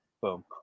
Boom